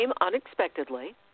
unexpectedly